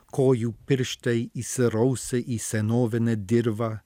kojų pirštai įsirausę į senovinę dirvą